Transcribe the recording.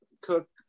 cook